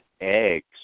eggs